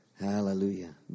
Hallelujah